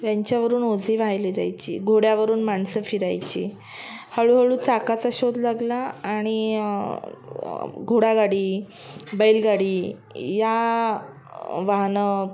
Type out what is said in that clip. यांच्यावरून ओझी वाहिली जायची घोड्यावरून माणसं फिरायची हळूहळू चाकाचा शोध लागला आणि घोडागाडी बैलगाडी या वाहनं